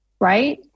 right